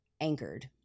anchored